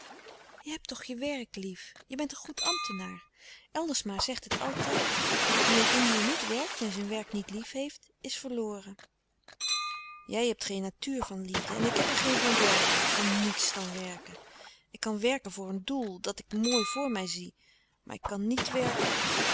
je hebt toch je werk lief je bent een goed ambtenaar eldersma zegt het altijd wie in indië niet werkt en zijn werk niet liefheeft is verloren jij hebt geen natuur van liefde en ik heb er geen van werken van niets dan werken ik kan werken voor een doel dat ik mooi voor mij zie maar ik kan niet werken